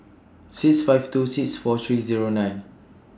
six five two six four three Zero nine